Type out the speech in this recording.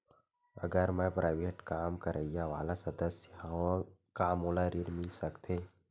अगर मैं प्राइवेट काम करइया वाला सदस्य हावव का मोला ऋण मिल सकथे?